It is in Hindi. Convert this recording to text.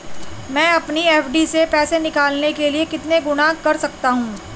मैं अपनी एफ.डी से पैसे निकालने के लिए कितने गुणक कर सकता हूँ?